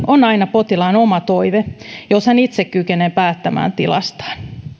on aina potilaan oma toive jos hän itse kykenee päättämään tilastaan